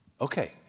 Okay